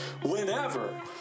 whenever